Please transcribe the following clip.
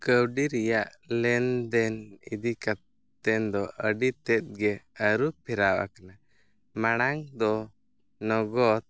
ᱠᱟᱹᱣᱰᱤ ᱨᱮᱭᱟᱜ ᱞᱮᱱᱫᱮᱱ ᱤᱫᱤᱠᱟᱛᱮᱱ ᱫᱚ ᱟᱹᱰᱤ ᱛᱮᱫᱜᱮ ᱟᱹᱨᱩ ᱯᱷᱮᱨᱟᱣᱟᱠᱟᱱᱟ ᱢᱟᱲᱟᱝ ᱫᱚ ᱱᱚᱜᱚᱫ